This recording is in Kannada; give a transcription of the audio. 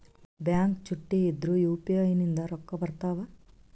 ಬ್ಯಾಂಕ ಚುಟ್ಟಿ ಇದ್ರೂ ಯು.ಪಿ.ಐ ನಿಂದ ರೊಕ್ಕ ಬರ್ತಾವಾ?